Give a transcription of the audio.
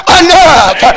enough